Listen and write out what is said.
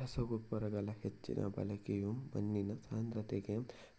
ರಸಗೊಬ್ಬರಗಳ ಹೆಚ್ಚಿನ ಬಳಕೆಯು ಮಣ್ಣಿನ ಸಾಂದ್ರತೆಗೆ